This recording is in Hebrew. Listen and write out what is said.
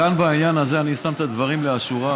כאן בעניין הזה אני שם את הדברים לאשורם,